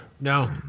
No